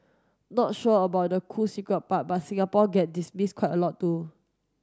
not sure about the cool secret part but Singapore get dismissed quite a lot too